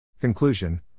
Conclusion